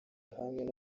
hamwe